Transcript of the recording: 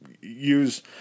Use